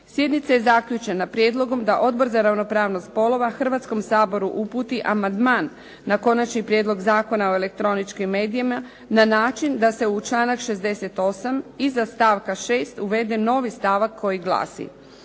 Sjednica je zaključena prijedlogom da Odbor za ravnopravnost spolova Hrvatskom saboru uputi amandman na Konačni prijedlog zakona o elektroničkim medijima na način da se u članak 68. iza stavka 6. uvede novi stavak koji glasi: